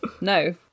No